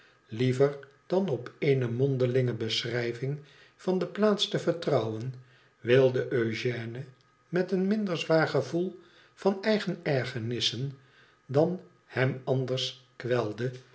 liever dan op eene mondelinge beschrijg van de plaats te vertrouwen wilde eugène met een minder z'suu gevoel van eigen ergernissen dan hem anders